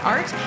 Art